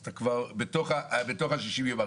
אז אתה כבר בתוך ה-60 ימים.